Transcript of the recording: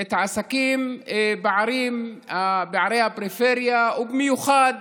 את העסקים בערי הפריפריה, ובמיוחד